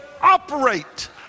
Operate